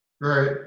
Right